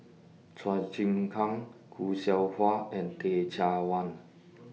Chua Chim Kang Khoo Seow Hwa and Teh Cheang Wan